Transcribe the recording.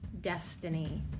destiny